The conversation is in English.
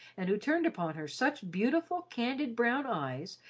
and who turned upon her such beautiful, candid brown eyes,